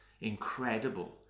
incredible